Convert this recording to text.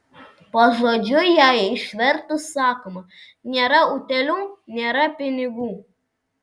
pažodžiui ją išvertus sakoma nėra utėlių nėra pinigų